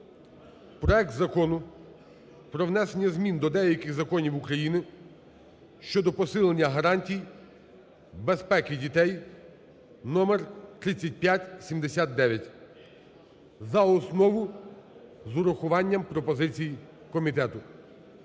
проект Закону про внесення змін до деяких законів України щодо посилення гарантій безпеки дітей (№ 3579) за основу, з урахуванням пропозицій комітету.